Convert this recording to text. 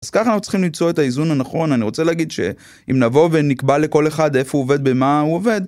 אז ככה אנחנו צריכים ליצור את האיזון הנכון, אני רוצה להגיד שאם נבוא ונקבל לכל אחד איפה הוא עובד, במה הוא עובד.